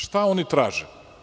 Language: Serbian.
Šta oni traže?